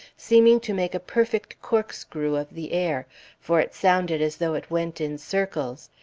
seeming to make a perfect corkscrew of the air for it sounded as though it went in circles.